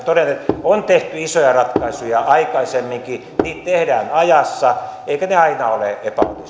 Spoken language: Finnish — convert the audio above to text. mutta totean että on tehty isoja ratkaisuja aikaisemminkin niitä tehdään ajassa eivätkä ne aina ole epäonnistuneet